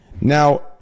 Now